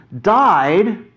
died